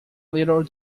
little